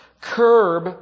curb